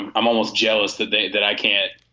and i'm almost jealous that day that i can't,